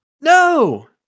No